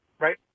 right